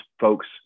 folks